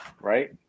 right